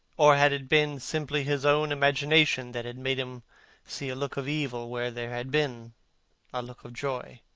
or had it been simply his own imagination that had made him see a look of evil where there had been a look of joy?